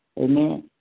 Amen